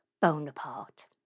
Bonaparte